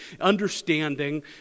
Understanding